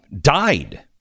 died